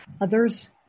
others